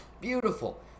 beautiful